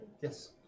Yes